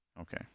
Okay